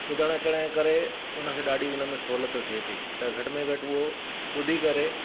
ॿुधण अचनि जे करे उनखे ॾाढी उनमें सहुलियत थिए थी त घटि में घटि उहो ॿुधी करे